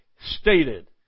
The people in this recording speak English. stated